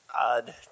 odd